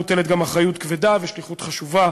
מוטלת גם אחריות כבדה ביותר ושליחות חשובה